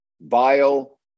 vile